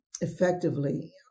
effectively